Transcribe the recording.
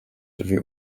sowie